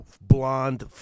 blonde